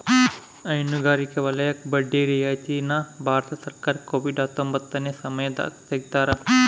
ಹೈನುಗಾರಿಕೆ ವಲಯಕ್ಕೆ ಬಡ್ಡಿ ರಿಯಾಯಿತಿ ನ ಭಾರತ ಸರ್ಕಾರ ಕೋವಿಡ್ ಹತ್ತೊಂಬತ್ತ ಸಮಯದಾಗ ತೆಗ್ದಾರ